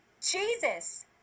Jesus